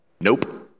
Nope